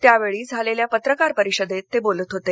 त्यावेळी झालेल्या पत्रकार परिषदेत ते बोलत होते